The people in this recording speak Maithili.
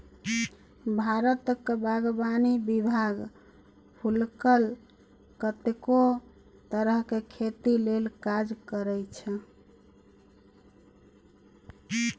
भारतक बागवानी विभाग फुलक कतेको तरहक खेती लेल काज करैत छै